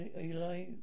Eli